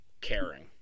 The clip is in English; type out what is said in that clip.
caring